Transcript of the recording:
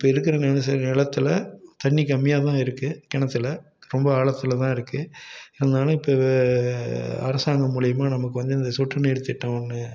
இப்ப இருக்குற நிலத்தில் தண்ணி கம்மியாக தான் இருக்கு கிணத்துல ரொம்ப ஆழத்தில் தான் இருக்கு இருந்தாலும் இப்போ அரசாங்கம் மூலியமாக நமக்கு வந்து இந்த சொட்டு நீர் திட்டம் ஒன்று